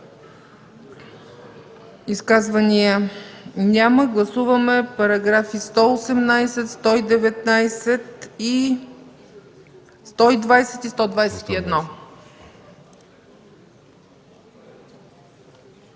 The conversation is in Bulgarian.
Изказвания? Няма. Гласуваме параграфи 118, 119, 120 и 121.